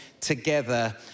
together